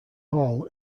hall